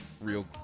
Real